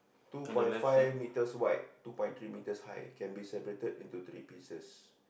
two point five metres wide two point three metres high can be separated into three pieces